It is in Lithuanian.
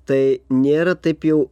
tai nėra taip jau